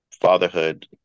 fatherhood